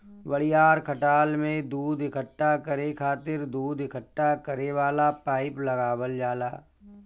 बड़ियार खटाल में दूध इकट्ठा करे खातिर दूध इकट्ठा करे वाला पाइप लगावल जाला